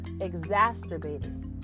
exacerbated